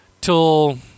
till